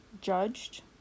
judged